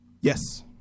Yes